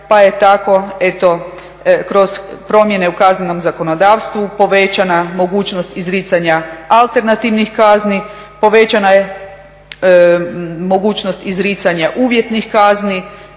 pa je tako eto kroz promjene u kaznenom zakonodavstvu povećana mogućnost izricanja alternativnih kazni, povećana je mogućnost izricanja uvjetnih kazni,